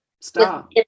stop